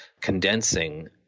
condensing